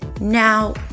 Now